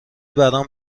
برام